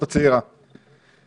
בהתיישבות הצעירה.